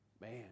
man